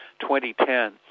2010